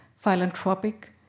Philanthropic